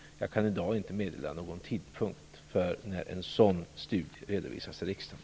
Jag kan i dag inte meddela någon tidpunkt för när en sådan studie redovisas för riksdagen.